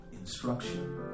instruction